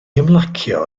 ymlacio